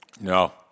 No